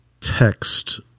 text